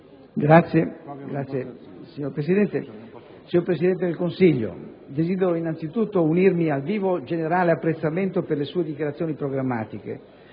Grazie, signora Presidente. Presidente Berlusconi, desidero innanzitutto unirmi al vivo, generale apprezzamento per le sue dichiarazioni programmatiche